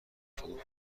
طاووس